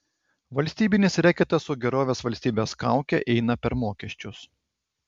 valstybinis reketas su gerovės valstybės kauke eina per mokesčius